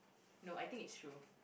no I think is true